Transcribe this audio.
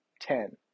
ten